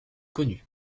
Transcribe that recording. connus